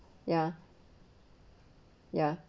ya ya